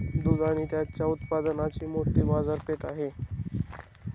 दूध आणि त्याच्या उत्पादनांची मोठी बाजारपेठ आहे